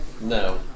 No